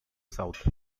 south